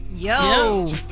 Yo